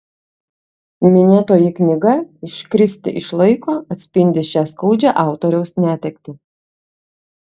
minėtoji knyga iškristi iš laiko atspindi šią skaudžią autoriaus netektį